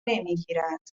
نمیگیرد